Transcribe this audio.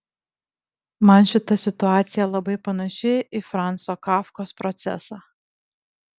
man šita situacija labai panaši į franco kafkos procesą